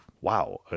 wow